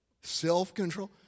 self-control